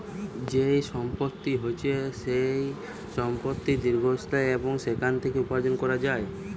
যেই সম্পত্তি হচ্ছে যেই সম্পত্তি দীর্ঘস্থায়ী এবং সেখান থেকে উপার্জন করা যায়